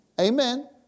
Amen